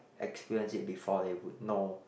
experience it before then he would know